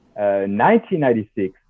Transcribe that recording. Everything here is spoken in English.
1996